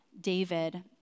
David